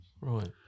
Right